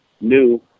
new